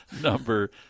number